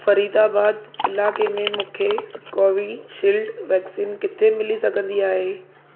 फरीदाबाद इलाइक़े में मूंखे कोविशील्ड वैक्सीन किथे मिली सघंदी आहे